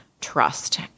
trust